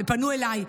ופנו אליי.